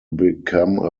become